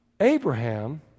Abraham